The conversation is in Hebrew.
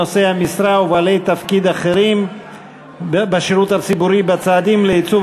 נושאי המשרה ובעלי תפקיד אחרים בשירות הציבורי בצעדים לייצוב